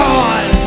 God